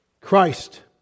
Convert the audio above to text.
Christ